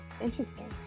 Interesting